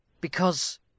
Because